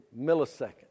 millisecond